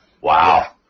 wow